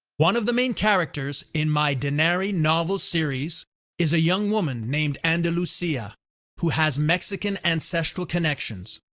one of the main characters in my denary novel series is a young woman named andalusia who has mexican ancestral connections.